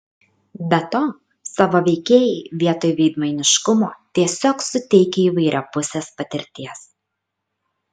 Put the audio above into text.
be to savo veikėjai vietoj veidmainiškumo tiesiog suteikia įvairiapusės patirties